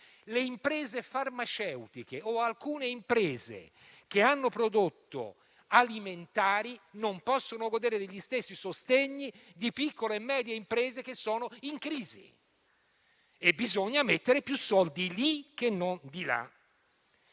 Le imprese farmaceutiche o alcune imprese che hanno prodotto alimentari non possono godere degli stessi sostegni di piccole e medie imprese che sono in crisi e bisogna mettere più soldi per queste